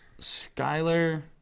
Skyler